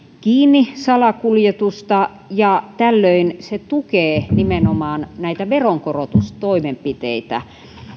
kiinni salakuljetusta ja tällöin se tukee nimenomaan näitä veronkorotustoimenpiteitä